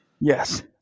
Yes